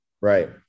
Right